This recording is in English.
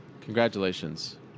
Congratulations